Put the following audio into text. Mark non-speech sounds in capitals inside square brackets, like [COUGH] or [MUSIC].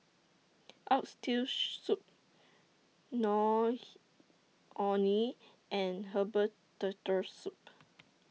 Oxtail [NOISE] Soup Nor He Orh Nee and Herbal Turtle Soup